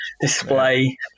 display